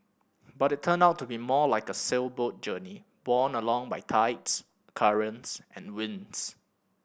but it turned out to be more like a sailboat journey borne along by tides currents and winds